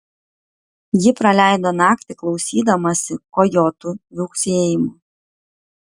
ji praleido naktį klausydamasi kojotų viauksėjimo